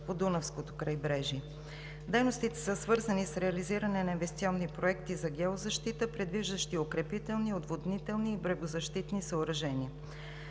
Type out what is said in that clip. по Дунавското крайбрежие. Дейностите са свързани с реализиране на инвестиционни проекти за геозащита, предвиждащи укрепителни, отводнителни и брегозащитни съоръжения.